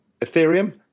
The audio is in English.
Ethereum